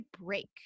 break